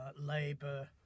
labour